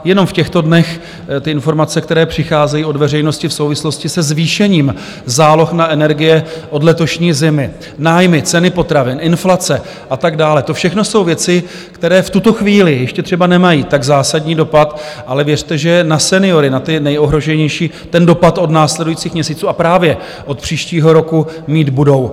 Jenom v těchto dnech informace, které přicházejí od veřejnosti v souvislosti se zvýšením záloh na energie od letošní zimy, nájmy, ceny potravin, inflace a tak dále, to všechno jsou věci, které v tuto chvíli ještě třeba nemají tak zásadní dopad, ale věřte, že na seniory, na ty nejohroženější, dopad od následujících měsíců a právě od příštího roku mít budou.